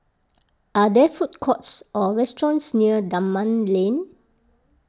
are there food courts or restaurants near Dunman Lane